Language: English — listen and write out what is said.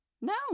No